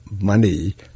money